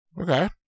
Okay